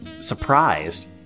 surprised